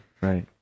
right